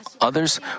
others